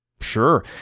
Sure